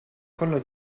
collo